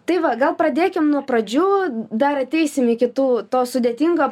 tai va gal pradėkim nuo pradžių dar ateisim iki tų to sudėtingo